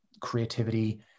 creativity